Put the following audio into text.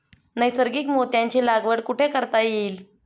नैसर्गिक मोत्यांची लागवड कुठे करता येईल?